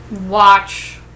watch